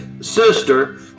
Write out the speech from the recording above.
sister